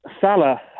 Salah